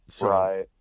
Right